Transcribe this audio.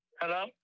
Hello